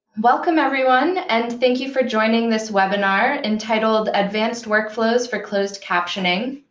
welcome, everyone, and thank you for joining this webinar entitled advanced workflows for closed captioning.